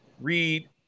read